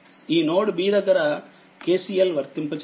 ఈ node b దగ్గర KCL వర్తింప చేయాలి